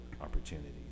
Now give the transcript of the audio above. opportunities